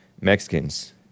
mexicans